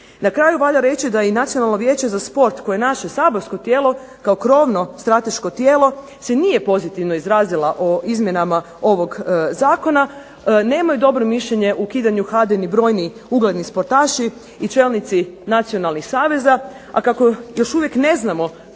Na kraju valja reći da i Nacionalno vijeće za sport koje je naše saborsko tijelo kao krovno strateško tijelo se nije pozitivno izrazila o izmjenama ovog zakona nemaju dobro mišljenje o ukidanju HADA-ini brojni ugledni sportaši i čelnici nacionalnih saveza. A kako još uvijek ne znamo